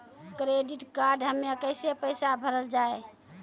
Credit card हम्मे कैसे पैसा भरल जाए?